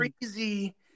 crazy